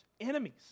enemies